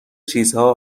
چیزها